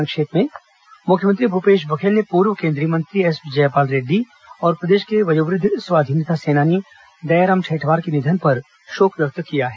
संक्षिप्त समाचार मुख्यमंत्री भूपेश बघेल ने पूर्व केंद्रीय मंत्री एस जयपाल रेड्डी और प्रदेश के वयोवद्व स्वाधीनता सेनानी दयाराम ठेठवार के निधन पर शोक व्यक्त किया है